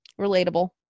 Relatable